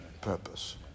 purpose